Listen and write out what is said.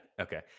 okay